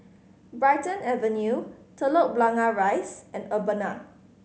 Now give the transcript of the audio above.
Brighton Avenue Telok Blangah Rise and Urbana